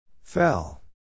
Fell